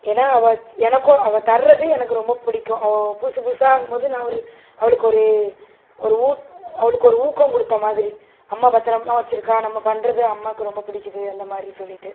ஏன்னா அவ சி எனக்கும் அவ தர்றது எனக்கு ரொம்ப பிடிக்கும் அவ புது புதுசாகும்போது நான் ஒரு அவளுக்கு ஒரு ஒரு ஊ அவளுக்கு ஒரு ஊக்கம் கொடுத்தமாதிரி அம்மா பத்திரமா வச்சுருக்கா நம்ம பண்ணுறது அம்மாக்கு ரொம்ப பிடிக்கிது அந்தமாதிரி சொல்லிட்டு